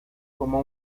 como